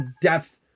depth